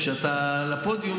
כשאתה על הפודיום,